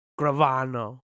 Gravano